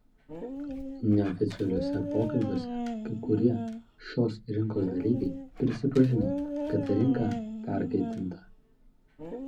neoficialiuose pokalbiuose kai kurie šios rinkos dalyviai prisipažino kad rinka perkaitinta